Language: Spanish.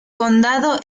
condado